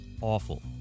awful